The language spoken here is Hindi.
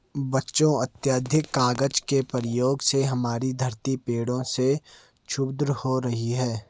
बच्चों अत्याधिक कागज के प्रयोग से हमारी धरती पेड़ों से क्षुब्ध हो रही है